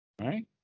right